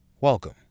Welcome